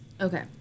okay